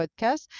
podcast